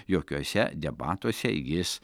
jokiose debatuose jis